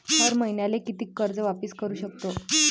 हर मईन्याले कितीक कर्ज वापिस करू सकतो?